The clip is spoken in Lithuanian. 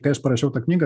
kai aš parašiau tą knygą